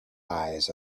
eyes